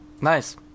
Nice